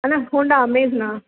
Anna Honda Amaze Anna